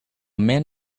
man